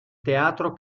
teatro